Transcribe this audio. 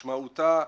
משמעותה,